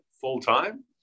full-time